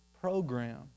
program